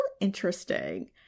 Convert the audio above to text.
interesting